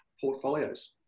portfolios